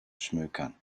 schmökern